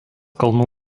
kalnų